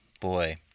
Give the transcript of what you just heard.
boy